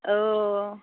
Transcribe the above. औ